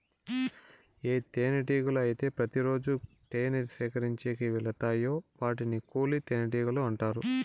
ఏ తేనెటీగలు అయితే ప్రతి రోజు తేనె సేకరించేకి వెలతాయో వాటిని కూలి తేనెటీగలు అంటారు